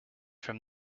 from